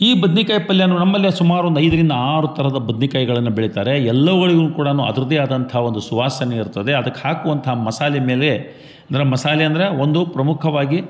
ಈ ಬದ್ನಿಕಾಯಿ ಪಲ್ಯೆ ನೋಡು ನಮ್ಮಲ್ಲೇ ಸುಮಾರು ಒಂದು ಐದರಿಂದ ಆರು ಥರದ ಬದ್ನಿಕಾಯ್ಗಳನ್ನು ಬೆಳಿತಾರೆ ಎಲ್ಲವುಗಳಿಗೆ ಕೂಡ ಅದ್ರದ್ದೇ ಆದಂಥ ಒಂದು ಸುವಾಸನೆ ಇರ್ತದೆ ಅದಕ್ಕೆ ಹಾಕುವಂಥ ಮಸಾಲೆ ಮೇಲೆ ಅಂದ್ರೆ ಮಸಾಲೆ ಅಂದರೆ ಒಂದು ಪ್ರಮುಖವಾಗಿ